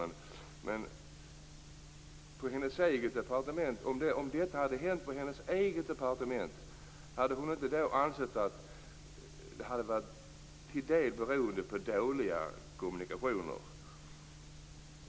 Om detta hade hänt på Anna Lindhs eget departement, hade hon då inte ansett att det till del berodde på dåliga kommunikationer?